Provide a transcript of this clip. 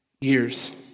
years